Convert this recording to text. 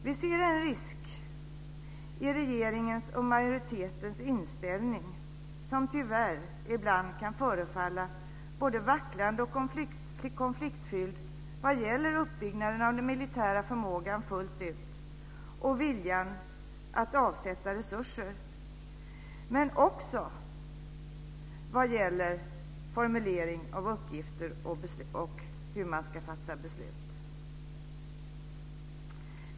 Vi ser en risk i regeringens och majoritetens inställning, som tyvärr ibland kan förefalla både vacklande och konfliktfylld vad gäller uppbyggnaden av den militära förmågan fullt ut och viljan att avsätta resurser. Detta gäller också formuleringen av uppgifter och hur man ska fatta beslut.